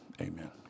amen